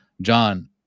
John